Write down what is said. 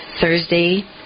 Thursday